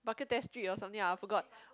Bak-Kut-Teh Street or something I forgot